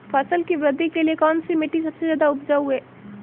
फसल की वृद्धि के लिए कौनसी मिट्टी सबसे ज्यादा उपजाऊ है?